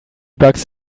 bucks